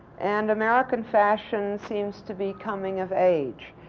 and american fashion seems to be coming of age.